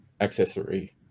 accessory